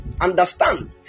Understand